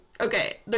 Okay